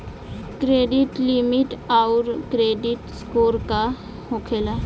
Credit limit आउर credit score का होखेला?